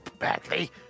Badly